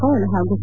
ಕೌಲ್ ಹಾಗೂ ಕೆ